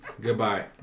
Goodbye